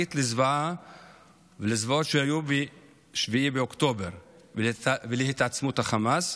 אחראית לזוועות שהיו ב-7 באוקטובר ולהתעצמות החמאס?